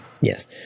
Yes